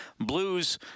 Blues